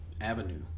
avenue